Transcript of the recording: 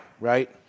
Right